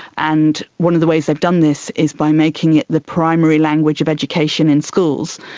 and one of the ways they've done this is by making it the primary language of education in schools.